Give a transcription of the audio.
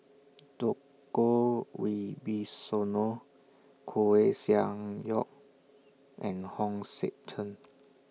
Djoko Wibisono Koeh Sia Yong and Hong Sek Chern